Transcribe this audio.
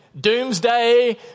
Doomsday